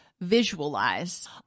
visualize